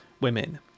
women